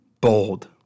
bold